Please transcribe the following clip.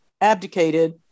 abdicated